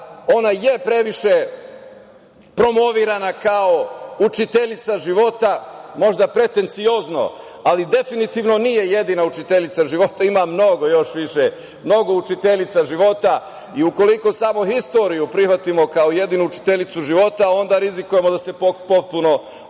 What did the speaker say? je previše promovisana kao učiteljica života, možda pretenciozno, ali definitivno nije jedina učiteljica života. Ima mnogo još učiteljica života. I ukoliko samo istoriju prihvatimo kao jedinu učiteljicu života onda rizikujemo da se potpuno okrenemo